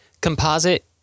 composite